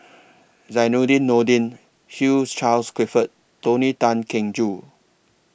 Zainudin Nordin Hugh Charles Clifford Tony Tan Keng Joo